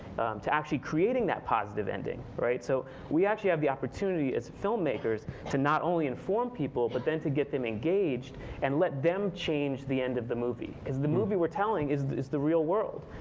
to actually creating that positive ending. so we actually have the opportunity as filmmakers to not only inform people, but then to get them engaged and let them change the end of the movie. because the movie we're telling is is the real world,